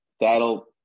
that'll